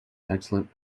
excellent